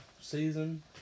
season